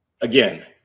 again